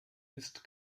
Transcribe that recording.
ist